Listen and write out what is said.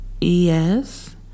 yes